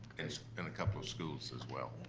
and been a couple of schools as well.